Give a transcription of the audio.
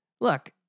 look